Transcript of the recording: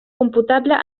computable